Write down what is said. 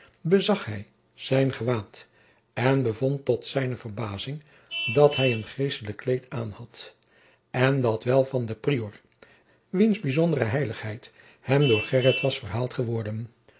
bezag hij zijn gewaad en bevond tot zijne verbazing dat hij een geestelijk kleed aan had en dat wel van den prior wiens wondere heiligheid hem door gheryt was verhaald geworden